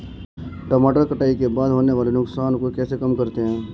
टमाटर कटाई के बाद होने वाले नुकसान को कैसे कम करते हैं?